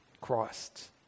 Christ